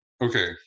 okay